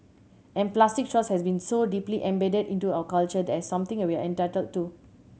and plastic straws has been so deeply embedded into our culture as something we are entitled to